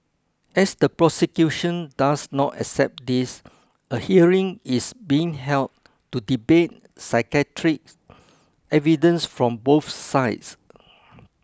as the prosecution does not accept this a hearing is being held to debate psychiatric evidence from both sides